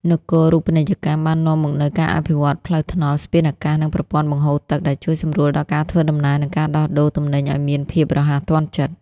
នគរូបនីយកម្មបាននាំមកនូវការអភិវឌ្ឍផ្លូវថ្នល់ ស្ពានអាកាស និងប្រព័ន្ធបង្ហូរទឹក ដែលជួយសម្រួលដល់ការធ្វើដំណើរ និងការដោះដូរទំនិញឱ្យមានភាពរហ័សទាន់ចិត្ត។